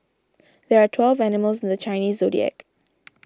there are twelve animals in the Chinese zodiac